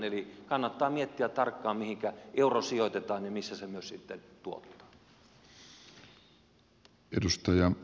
eli kannattaa miettiä tarkkaan mihinkä euro sijoitetaan ja missä se myös sitten tuottaa